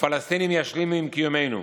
הפלסטינים ישלימו עם קיומנו.